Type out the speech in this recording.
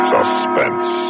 Suspense